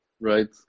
Right